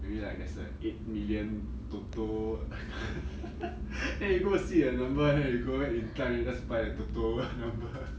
maybe like there's a eight million TOTO then you go see the number then you go and try and just buy the TOTO number